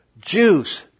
juice